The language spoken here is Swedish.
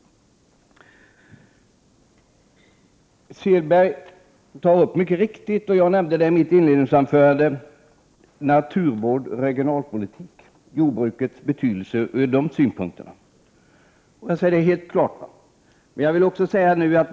Herr Selberg tar upp, mycket riktigt, och jag nämnde det i mitt inledningsanförande, jordbrukets betydelse med avseende på naturvård och regionalpolitik.